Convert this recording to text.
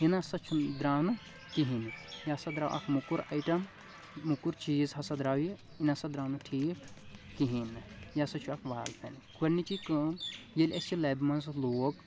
یہِ نہ ہسا چھُنہٕ درٛاو نہٕ کہیٖنۍ نہٕ یہِ ہسا درٛاو اکھ موٚکُر آیٹم موٚکُر چیٖز ہسا درٛاو یہِ یہِ نہ ہسا درٛاو نہٕ ٹھیٖک کہیٖنۍ نہٕ یہِ ہسا چھُ اکھ وال فین گۄڈٕنچی کٲم ییٚلہِ اسہِ یہِ لبہِ منٛز لوگ